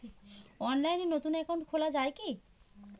অনলাইনে নতুন একাউন্ট খোলা য়ায় কি?